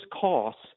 costs